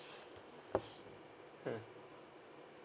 mm